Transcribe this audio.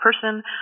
person